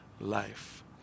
life